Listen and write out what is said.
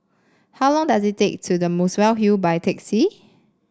how long does it take to The Muswell Hill by taxi